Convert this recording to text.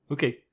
Okay